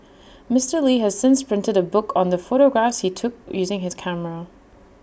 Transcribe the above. Mister li has since printed A book on the photographs he took using his camera